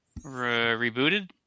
rebooted